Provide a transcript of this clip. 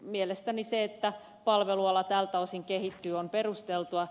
mielestäni se että palveluala tältä osin kehittyy on perusteltua